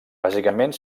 bàsicament